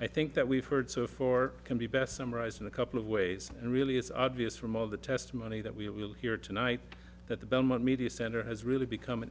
i think that we've heard so for can be best summarized in a couple of ways and really it's obvious from all the testimony that we will hear tonight that the belmont media center has really become an